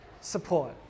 support